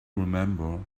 remember